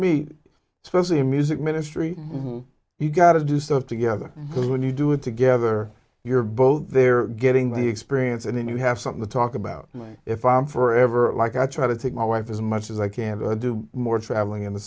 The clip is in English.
me especially in music ministry you gotta do stuff together because when you do it together you're both they're getting the experience and then you have something to talk about if i am for ever like i try to take my wife as much as i can to do more traveling in the